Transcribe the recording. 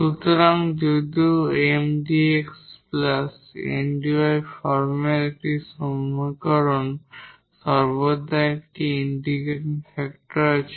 সুতরাং যদিও Mdx Ndy ফর্মের একটি সমীকরণ সর্বদা একটি ইন্টিগ্রেটিং ফ্যাক্টর আছে